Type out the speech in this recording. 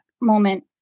moment